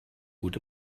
gut